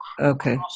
Okay